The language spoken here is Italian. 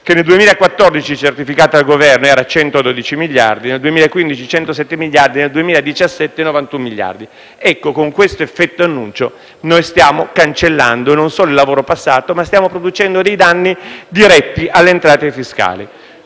che nel 2014, certificata dal Governo, era pari a 112 miliardi, nel 2015 a 107 miliardi e nel 2017 a 91 miliardi. Ecco, con questo effetto annuncio noi stiamo non solo cancellando il lavoro passato, ma anche producendo dei danni diretti alle entrate fiscali.